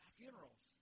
funerals